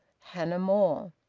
hannah more.